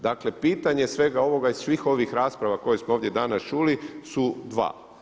Dakle pitanje svega ovoga iz svih ovih rasprava koje smo ovdje danas čuli su dva.